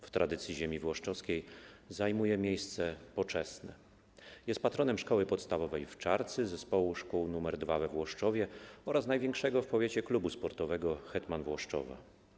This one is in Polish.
W tradycji ziemi włoszczowskiej zajmuje miejsce poczesne - jest patronem szkoły podstawowej w Czarncy, zespołu szkół nr 2 we Włoszczowie oraz największego w powiecie klubu sportowego Hetman Włoszczowa.